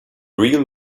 real